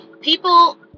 People